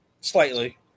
Slightly